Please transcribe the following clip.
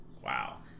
wow